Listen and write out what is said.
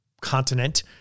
continent